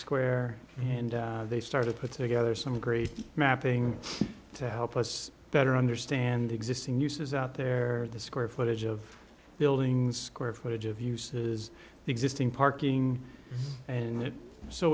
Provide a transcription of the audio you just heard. square and they started put together some great mapping to help us better understand existing uses out there the square footage of buildings square footage of uses existing parking and so